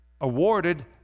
awarded